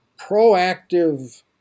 proactive